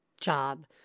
job